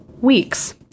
weeks